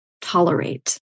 tolerate